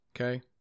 okay